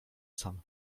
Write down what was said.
sam